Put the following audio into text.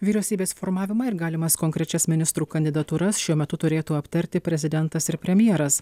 vyriausybės formavimą ir galimas konkrečias ministrų kandidatūras šiuo metu turėtų aptarti prezidentas ir premjeras